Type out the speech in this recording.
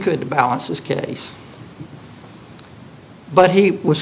could to balance is case but he was